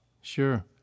sure